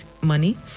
money